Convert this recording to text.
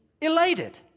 elated